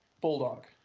Bulldog